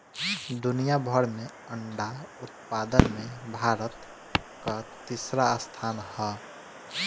दुनिया भर में अंडा उत्पादन में भारत कअ तीसरा स्थान हअ